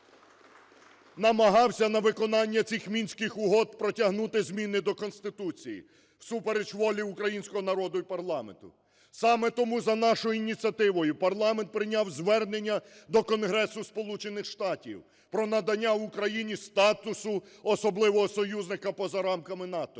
намагався на виконання цих Мінських угод протягнути зміни до Конституції всупереч волі українського народу і парламенту. Саме тому за нашою ініціативою парламент прийняв звернення до Конгресу Сполучених Штатів про надання Україні статусу особливого союзника поза рамками НАТО